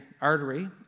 artery